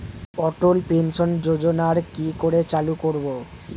অটল pension যোজনার কি করে চালু করব?